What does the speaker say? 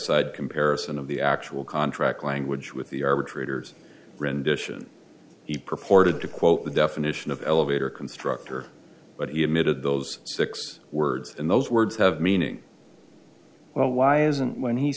side comparison of the actual contract language with the arbitrator's rendition he purported to quote the definition of elevator constructor but he admitted those six words in those words have meaning well why isn't when he